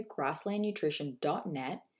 grasslandnutrition.net